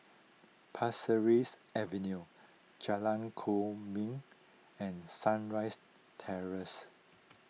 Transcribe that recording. Pasir Ris Avenue Jalan Kwok Min and Sunrise Terrace